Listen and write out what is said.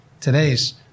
today's